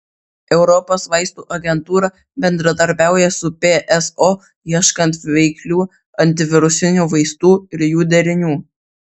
europos vaistų agentūra bendradarbiauja su pso ieškant veiklių antivirusinių vaistų ir jų derinių